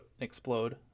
explode